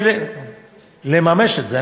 זה לממש את זה.